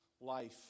life